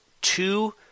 two